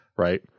Right